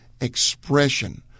expression